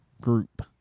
group